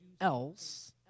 else